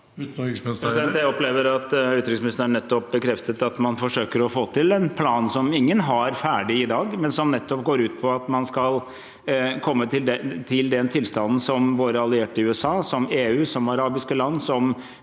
Espen Barth Eide Jeg opplever at utenriksministeren nettopp bekreftet at man forsøker å få til en plan som ingen har ferdig i dag, men som nettopp går ut på at man skal komme til den tilstanden som våre allierte i USA, som EU, som arabiske land, som